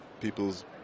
people's